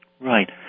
Right